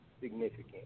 significant